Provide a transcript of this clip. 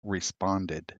responded